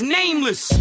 nameless